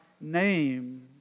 name